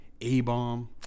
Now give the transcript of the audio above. A-bomb